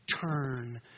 turn